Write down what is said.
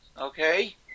Okay